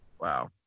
Wow